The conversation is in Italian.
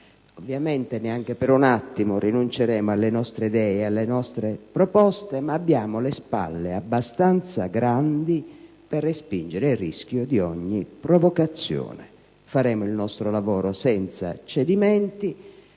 Ovviamente, neanche per un attimo rinunceremo alle nostre idee e alle nostre proposte, ma abbiamo le spalle abbastanza grandi per respingere il rischio di ogni provocazione. Faremo il nostro lavoro senza cedimenti